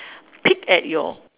peek at your